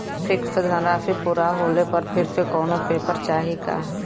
Fix धनराशी पूरा होले पर फिर से कौनो पेपर चाही का?